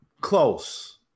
close